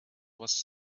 was